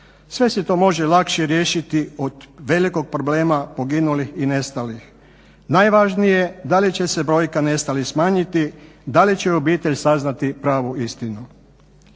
Sve se to može lakše riješiti od velikog problema poginulih i nestalih. Najvažnije da li će se brojka nestalih smanjiti, da li će obitelji saznati pravu istinu.